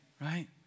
right